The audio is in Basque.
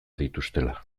dituztela